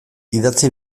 idatzi